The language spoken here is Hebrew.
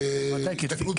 אתה יודע מה,